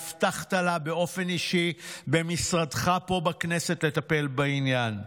הבטחת לה באופן אישי במשרדך פה בכנסת לטפל בעניין.